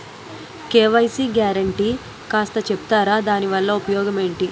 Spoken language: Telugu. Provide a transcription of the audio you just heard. కే.వై.సీ గ్యారంటీ కాస్త చెప్తారాదాని వల్ల ఉపయోగం ఎంటి?